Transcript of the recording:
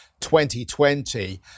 2020